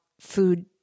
food